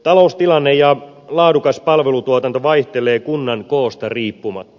taloustilanne ja laadukas palvelutuotanto vaihtelee kunnan koosta riippumatta